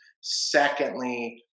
Secondly